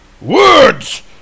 Words